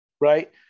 Right